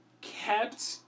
kept